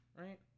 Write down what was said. Right